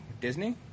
Disney